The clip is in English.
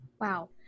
Wow